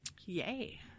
yay